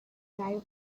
rival